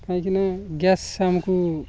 କାହିଁକିନା ଗ୍ୟାସ୍ ଆମକୁ